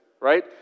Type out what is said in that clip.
Right